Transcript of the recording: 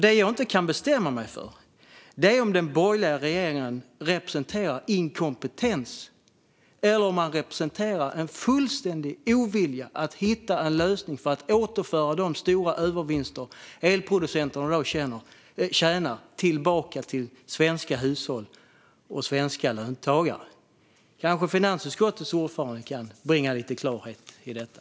Det jag inte kan bestämma mig för är om den borgerliga regeringen representerar inkompetens eller om man representerar en fullständig ovilja att hitta en lösning för att återföra de stora övervinster som elproducenterna i dag gör tillbaka till svenska hushåll och svenska löntagare. Kanske finansutskottets ordförande kan bringa lite klarhet i detta.